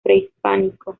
prehispánico